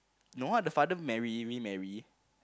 no ah the father marry remarry